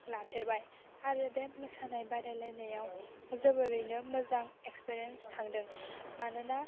लाफेरबाय आरो बे मोसानाय बादायलायनायाव जों ओरैनो मोजां एक्सपिरियेन्स थांदों मानोना